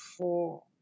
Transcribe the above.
four